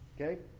Okay